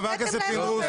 חבר הכנסת פינדרוס,